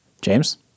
James